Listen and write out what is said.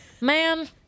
Man